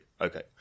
Okay